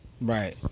Right